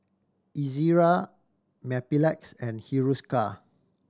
Ezerra Mepilex and Hiruscar